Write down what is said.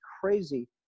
crazy